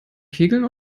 kegeln